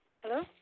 Hello